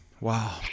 wow